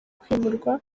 kwimurwa